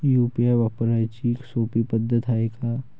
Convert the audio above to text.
UPI वापराची सोपी पद्धत हाय का?